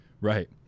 Right